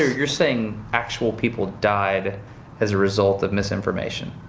you're saying actual people died as a result of misinformation.